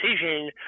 decision